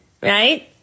right